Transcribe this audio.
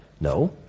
No